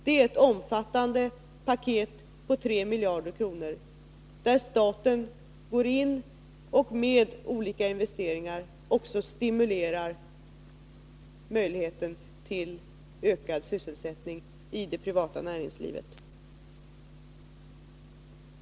Det är ett omfattande paket på 3 miljarder kronor, där staten går in och med olika investeringar också stimulerar möjligheten till ökad sysselsättning i det privata näringslivet.